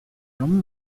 non